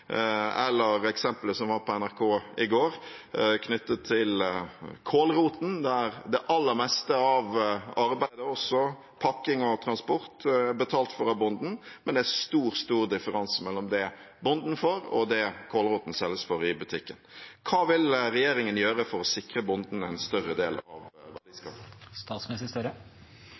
var på NRK i går og er knyttet til kålroten, der det aller meste av arbeidet, også pakking og transport, er betalt for av bonden, men det er stor differanse mellom det bonden får, og det kålroten selges for i butikken. Hva vil regjeringen gjøre for å sikre bonden en større del av